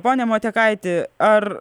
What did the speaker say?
pone motekaiti ar